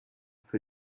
für